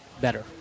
better